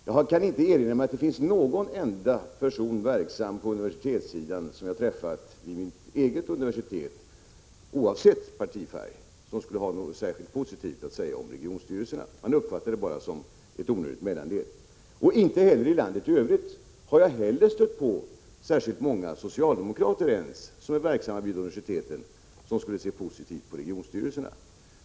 Jag kan inte erinra mig att jag på mitt universitet har träffat någon enda person som — oavsett partifärg — har något positivt att säga om regionstyrelserna. Man uppfattar dessa enbart som ett onödigt mellanled. Inte ens när det gäller socialdemokraterna har jag i landet i Övrigt stött på särskilt många på universitetssidan som ser positivt på regionstyrelserna.